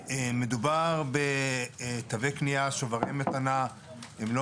מדובר בתווי קנייה ושוברי מתנה; הם לא